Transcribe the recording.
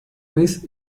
vez